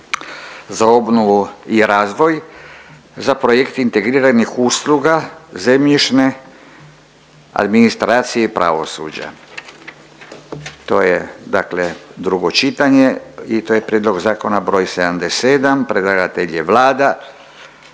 za obnovu i razvoj za projekt integriranih usluga zemljišne administracije i pravosuđa, drugo čitanje, P.Z. br. 77. Predlagatelj je Vlada,